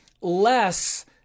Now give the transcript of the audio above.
less